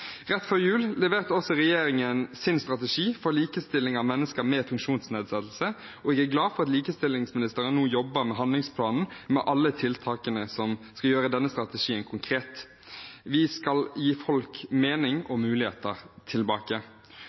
Rett før jul leverte regjeringen også sin strategi for likestilling av mennesker med funksjonsnedsettelse, og jeg er glad for at likestillingsministeren nå jobber med handlingsplanen med alle tiltakene som skal gjøre denne strategien konkret. Vi skal gi folk mening og muligheter tilbake.